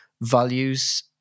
values